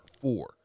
four